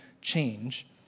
change